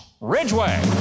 Ridgeway